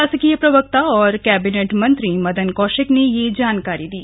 शासकीय प्रवक्ता और कैबिनेट मंत्री मदन कौशिक ने यह जानकारी दी